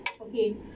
okay